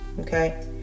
Okay